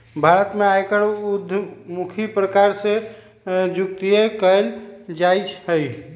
भारत में आयकर उद्धमुखी प्रकार से जुकती कयल जाइ छइ